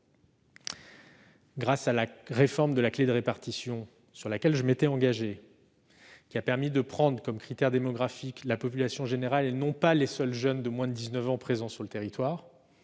mineurs. La réforme de la clé de répartition, à laquelle je m'étais engagé, a permis de retenir comme critère démographique la population générale, et non pas les seuls jeunes de moins de 19 ans présents sur le territoire.